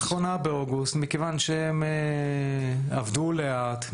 האחרונה באוגוסט מכיוון שהם עבדו לאט,